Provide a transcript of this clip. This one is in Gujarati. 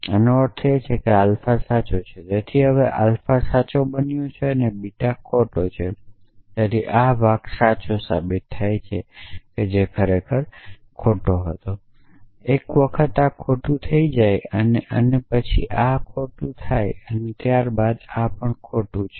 તો આનો અર્થ એ છે કે આલ્ફા સાચો છે તેથી હવે આલ્ફા સાચો બન્યો છે અને બીટા ખોટા બન્યા છે તેથી આ ભાગ સાચો થાય છે જે ખરેખર ખોટો છે એક વખત આ ખોટું થઈ જાય છે અને આ ખોટું થઈ જાય છે અને આ ખોટું થઈ જાય છે